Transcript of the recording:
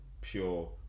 pure